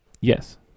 Yes